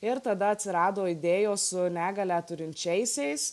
ir tada atsirado idėjos su negalią turinčiaisiais